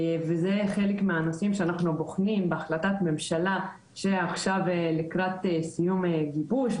וזה חלק מהנושאים שאנחנו בוחנים בהחלטת ממשלה שעכשיו לקראת סיום גיבוש,